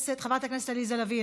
חברת הכנסת עליזה לביא,